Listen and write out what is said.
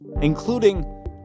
including